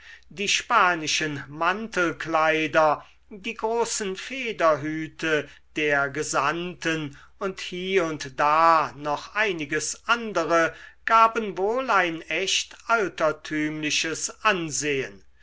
die spanischen mantelkleider die großen federhüte der gesandten und hie und da noch einiges andere gaben wohl ein echt altertümliches ansehen